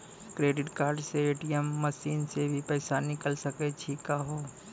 Credit card से ATM machine से भी पैसा निकल सकै छि का हो?